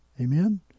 Amen